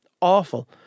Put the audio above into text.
awful